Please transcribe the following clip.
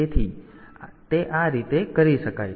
તેથી તે આ રીતે કરી શકાય છે